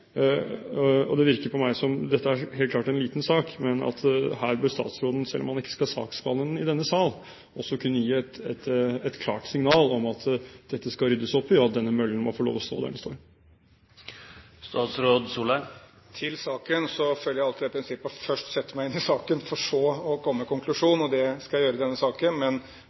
Dette er helt klart en liten sak, men her bør statsråden – selv om han ikke skal saksbehandle dette i denne sal – også kunne gi et klart signal om at dette skal det ryddes opp i, og at denne møllen må få lov til å stå der den står. Til saken: Jeg følger alltid det prinsippet at jeg først setter meg inn i saken for så å komme med en konklusjon, og det skal jeg gjøre i denne saken.